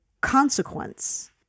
consequence